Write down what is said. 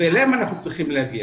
ואליהם אנחנו צריכים להגיע.